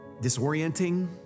disorienting